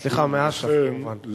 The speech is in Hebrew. סליחה, מאש"ף כמובן.